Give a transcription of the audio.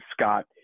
Scott